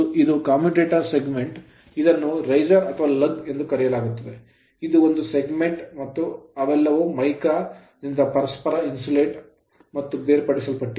ಮತ್ತು ಇದು commutator segment commutator segment ಮತ್ತು ಇದನ್ನು riser ರೈಸರ್ ಅಥವಾ lug ಲಗ್ ಎಂದು ಕರೆಯಲಾಗುತ್ತದೆ ಮತ್ತು ಇದು ಒಂದು segment ಸೆಗ್ಮೆಂಟ್ ಮತ್ತು ಅವೆಲ್ಲವೂ mica ಅಭ್ರಕದಿಂದ ಪರಸ್ಪರ insulated ಇನ್ಸುಲೇಟೆಡ್ ಮತ್ತು ಬೇರ್ಪಡಿಸಲ್ಪಟ್ಟಿವೆ